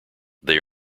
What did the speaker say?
they